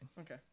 Okay